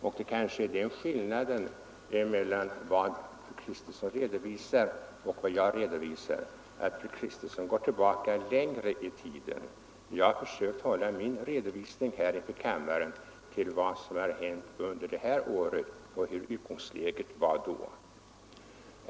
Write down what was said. Kanske föreligger den skillnaden emellan vad fru Kristensson redovisar och vad jag redovisar att hon går tillbaka längre i tiden, medan jag har försökt hålla min redovisning inför kammaren till vad som har hänt under det här året och hur utgångsläget var då vi började med detta ärende i år.